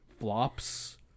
flops